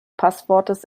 passwortes